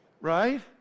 Right